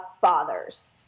fathers